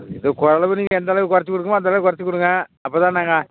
அது ஏதோ ஓரளவு நீங்கள் எந்தளவு குறச்சிக் கொடுக்கமோ அந்தளவுக்கு குறச்சிக் கொடுங்க அப்போ தான் நாங்கள்